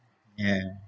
ya